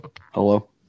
Hello